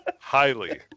Highly